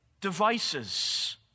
devices